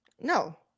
No